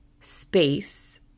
space